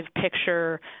picture